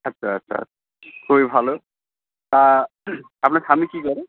আচ্ছা আচ্ছা খুবই ভালো তা আপনার স্বামী কী করে